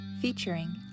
featuring